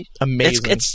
amazing